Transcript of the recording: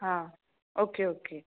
हां okay okay